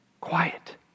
quiet